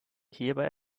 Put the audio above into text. hierbei